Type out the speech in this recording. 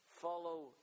follow